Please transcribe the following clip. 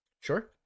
Sure